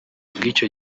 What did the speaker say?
bw’icyo